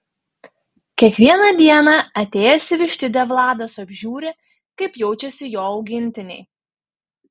kiekvieną dieną atėjęs į vištidę vladas apžiūri kaip jaučiasi jo augintiniai